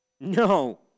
No